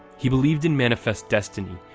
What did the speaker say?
he believed in manifest destiny,